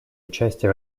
участие